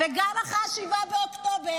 וגם אחרי 7 באוקטובר,